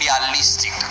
realistic